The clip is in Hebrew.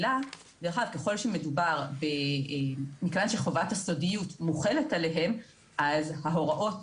מכיוון שחובת הסודיות מוחלת עליהם אז ההוראות